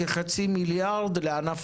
כחצי מיליארד לענף